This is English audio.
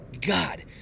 God